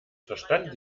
verstand